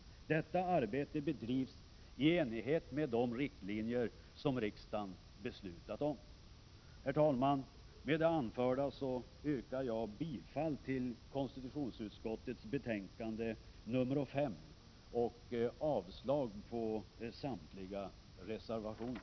Detta arbete bedrivs i enlighet med de riktlinjer som riksdagen beslutat om. Herr talman! Med det anförda yrkar jag bifall till hemställan i konstitutionsutskottets betänkande 1987/88:5 och avslag på samtliga reservationer.